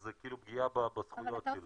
אז זה כאילו פגיעה בזכויות שלו.